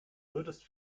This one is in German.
würdest